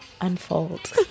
unfold